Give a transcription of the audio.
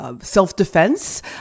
self-defense